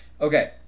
Okay